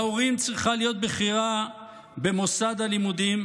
להורים צריכה להיות בחירה במוסד הלימודים,